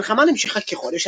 המלחמה נמשכה כחודש,